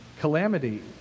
calamity